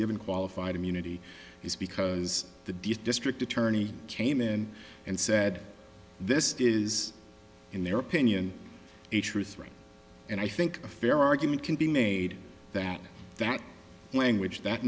given qualified immunity is because the district attorney came in and said this is in their opinion a truth right and i think a fair argument can be made that that language that